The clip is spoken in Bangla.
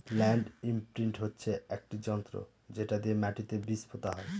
ল্যান্ড ইমপ্রিন্ট হচ্ছে একটি যন্ত্র যেটা দিয়ে মাটিতে বীজ পোতা হয়